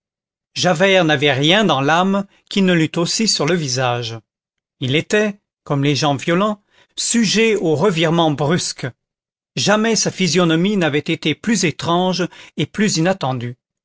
javert n'avait rien dans l'âme qu'il ne l'eût aussi sur le visage il était comme les gens violents sujet aux revirements brusques jamais sa physionomie n'avait été plus étrange et plus inattendue